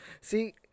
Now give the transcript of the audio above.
See